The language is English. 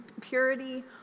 purity